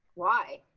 why,